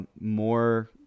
more